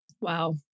Wow